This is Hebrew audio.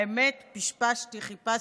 האמת, פשפשתי, חיפשתי,